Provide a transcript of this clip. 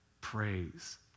praise